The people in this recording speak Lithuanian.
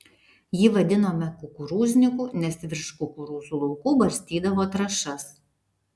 jį vadinome kukurūzniku nes virš kukurūzų laukų barstydavo trąšas